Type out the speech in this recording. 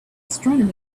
astronomy